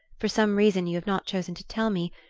for some reason you have not chosen to tell me,